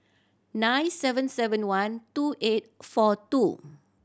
nine seven seven one two eight four two